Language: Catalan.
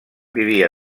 vivia